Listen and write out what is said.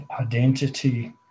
identity